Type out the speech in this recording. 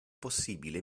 possibile